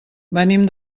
venim